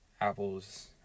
Apple's